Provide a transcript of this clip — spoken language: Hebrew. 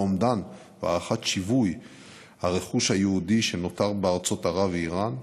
לאומדן והערכה של שווי הרכוש היהודי שנותר בארצות ערב ואיראן,